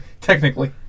Technically